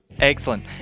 Excellent